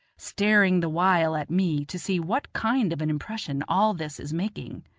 staring the while at me to see what kind of an impression all this is making.